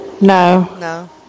No